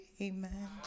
Amen